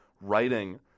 writing